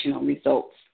results